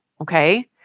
okay